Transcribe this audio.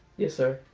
yes, sir.